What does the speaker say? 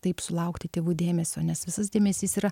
taip sulaukti tėvų dėmesio nes visas dėmesys yra